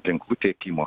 ginklų tiekimo